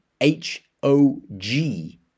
h-o-g